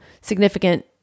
significant